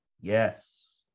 Yes